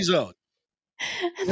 zone